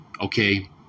Okay